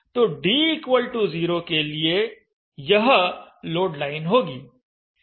तो d0 के लिए यह लोड लाइन होगी